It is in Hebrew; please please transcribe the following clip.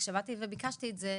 כשבאתי וביקשתי את זה,